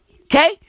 Okay